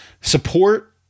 support